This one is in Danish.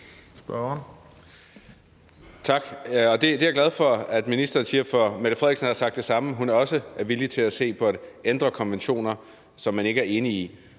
Tak. Det er jeg glad for at ministeren siger, for statsministeren har sagt det samme: at hun også er villig til at se på at ændre konventioner, som man ikke er enig i.